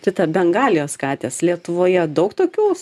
rita bengalijos katės lietuvoje daug tokių